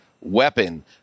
weapon